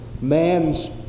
man's